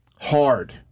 hard